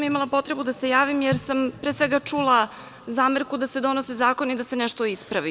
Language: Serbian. Imala sam potrebu da se javim, jer sam čula zamerku da se donose zakoni da se nešto ispravi.